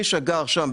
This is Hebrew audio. מי שגר שם,